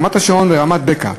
ברמת-השרון וברמת-בקע.